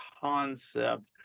concept